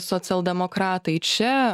socialdemokratai čia